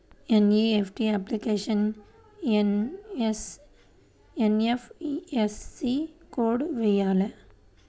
NEFT అప్లికేషన్లో IFSC code వేయాలా?